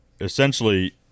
essentially